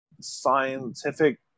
scientific